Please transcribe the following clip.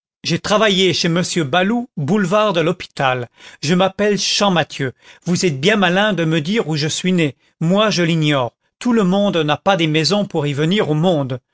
j'ai travaillé chez monsieur baloup boulevard de l'hôpital je m'appelle champmathieu vous êtes bien malins de me dire où je suis né moi je l'ignore tout le monde n'a pas des maisons pour y venir au monde